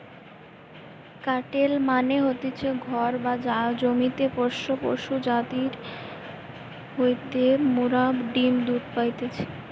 কাটেল মানে হতিছে ঘরে বা জমিতে পোষ্য পশু যাদির হইতে মোরা ডিম্ দুধ পাইতেছি